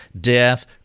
death